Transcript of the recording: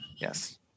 Yes